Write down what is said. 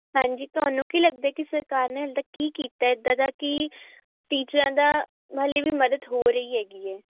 ਹਾਂਜੀ ਤੁਹਾਨੂੰ ਕੀ ਲੱਗਦਾ ਕਿ ਸਰਕਾਰ ਨੇ ਹੁਣ ਤੱਕ ਕੀ ਕੀਤਾ ਇੱਦਾਂ ਦਾ ਕੀ ਟੀਚਰਾਂ ਦਾ ਹਾਲੇ ਵੀ ਮਦਦ ਹੋ ਰਹੀ ਹੈਗੀ ਹੈ